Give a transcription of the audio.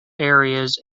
areas